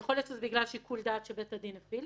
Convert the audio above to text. יכול להיות שזה בגלל שיקול דעת שבית הדין הפעיל,